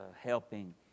helping